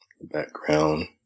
background